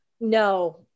No